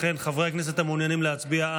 לכן חברי הכנסת המעוניינים להצביע,